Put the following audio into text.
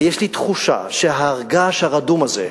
ויש לי תחושה שהר הגעש הרדום הזה,